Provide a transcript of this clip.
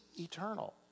eternal